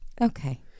Okay